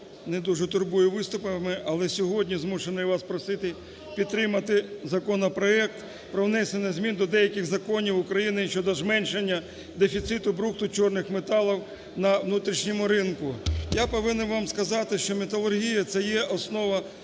не дуже турбую виступами. Але сьогодні змушений вас просити підтримати законопроект про внесення змін до деяких законів України щодо зменшення дефіциту брухту чорних металів на внутрішньому ринку. Я повинен вам казати, що металургія – це є основа,